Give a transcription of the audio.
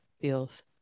feels